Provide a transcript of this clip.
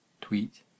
tweet